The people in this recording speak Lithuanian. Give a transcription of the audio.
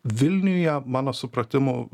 vilniuje mano supratimu